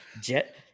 Jet